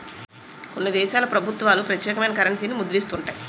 కొన్ని దేశాల ప్రభుత్వాలు ప్రత్యేకమైన కరెన్సీని ముద్రిస్తుంటాయి